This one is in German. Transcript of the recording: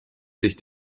sich